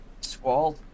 Squall